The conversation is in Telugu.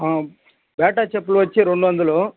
బాటా చెప్పులు వచ్చి రెండు వందలు